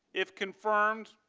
if confirmed,